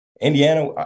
Indiana